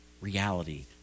reality